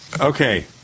Okay